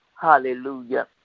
Hallelujah